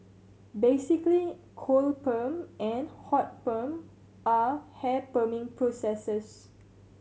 basically cold perm and hot perm are hair perming processes